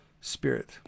Spirit